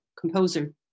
composer